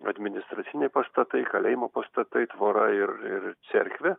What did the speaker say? administraciniai pastatai kalėjimo pastatai tvora ir ir cerkvė